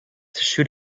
shoot